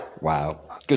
Wow